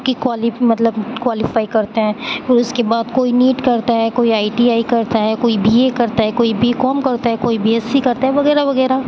کی مطلب کوالیفائی کرتے ہیں پھر اس کے بعد کوئی نیٹ کرتا ہے کوئی آئی ٹی آئی کرتا ہے کوئی بی اے کرتا ہے کوئی بی کام کرنا کرتا ہے کوئی بی ایس سی کرتا ہے وغیرہ وغیرہ